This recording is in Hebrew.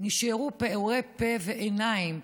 נשארו פעורי פה ועיניים,